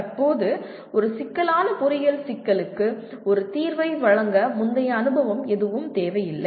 தற்போது ஒரு சிக்கலான பொறியியல் சிக்கலுக்கு ஒரு தீர்வை வழங்க முந்தைய அனுபவம் எதுவும் இல்லை